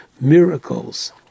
miracles